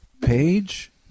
Page